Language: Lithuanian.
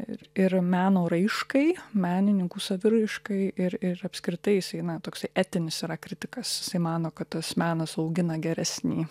ir ir meno raiškai menininkų saviraiškai ir ir apskritai jisai na toksai etinis yra kritikas jisai mano kad tas menas augina geresnį